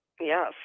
Yes